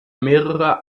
mehrere